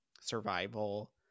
survival